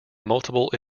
multiple